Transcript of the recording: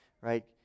right